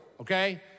okay